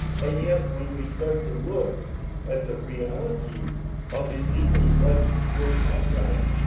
and yet, when we start to look at the reality of indigenous life before contact